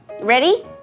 Ready